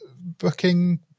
booking